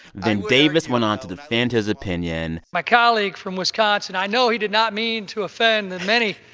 then davis went on to defend his opinion my colleague from wisconsin i know he did not mean to offend the many,